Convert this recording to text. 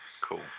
Cool